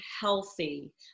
healthy